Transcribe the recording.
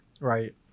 Right